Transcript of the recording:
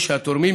קריאה שנייה.